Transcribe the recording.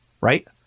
right